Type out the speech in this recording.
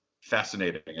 fascinating